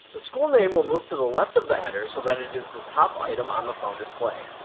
the school name will move to the left of the header so that it is the top item on the phone display.